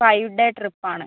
five day trip ആണ്